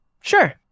Sure